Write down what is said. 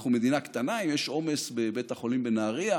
אנחנו מדינה קטנה, אם יש עומס בבית החולים בנהריה,